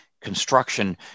Construction